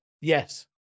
yes